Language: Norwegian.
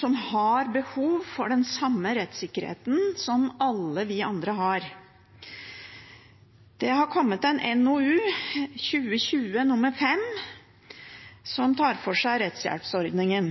som har behov for den samme rettssikkerheten som alle vi andre har. Det har kommet en NOU 2020:5, som tar for seg rettshjelpsordningen.